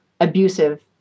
abusive